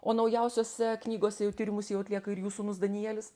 o naujausiose knygose jau tyrimus jau atlieka ir jų sūnus danielis